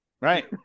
Right